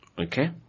Okay